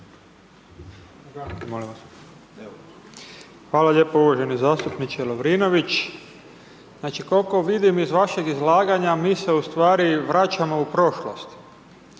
Hvala lijepo uvaženi zastupniče Lovrinović. Znači, koliko vidim iz vašeg izlaganja, mi se ustvari vraćamo u prošlost.